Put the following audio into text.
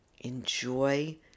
enjoy